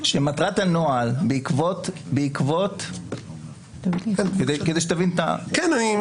כאשר בעקבות דוחות מבקר המדינה הקודמים